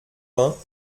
vingt